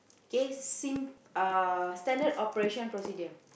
okay sim~ standard operation procedure